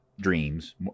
dreams